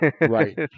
right